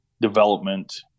development